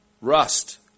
rust